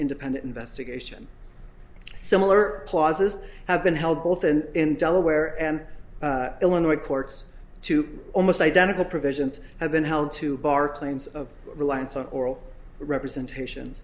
independent investigation similar clauses have been held both and in delaware and illinois courts to almost identical provisions have been held to bar claims of reliance on oral representation